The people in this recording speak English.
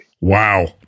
Wow